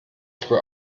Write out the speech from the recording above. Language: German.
früh